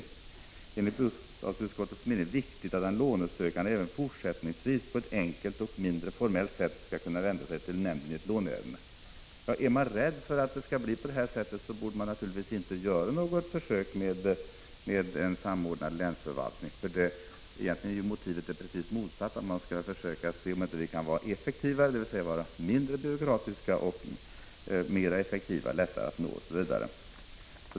Det är enligt bostadsutskottets mening viktigt att den lånesökande även fortsättningsvis på ett enkelt och mindre formellt sätt skall kunna vända sig till nämnden i ett låneärende.” Är man rädd för att kontakterna försvåras, borde man naturligtvis inte göra något försök med en samordnad länsförvaltning. Egentligen är ju motivet det precis motsatta, att man skall försöka se om det inte kan bli en effektivare och mindre byråkratisk handläggning, lättare att få kontakt, osv.